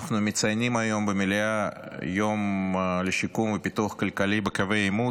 אנחנו מציינים היום במליאה יום לשיקום ופיתוח כלכלי בקווי העימות.